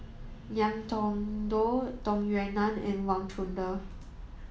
Ngiam Tong Dow Tung Yue Nang and Wang Chunde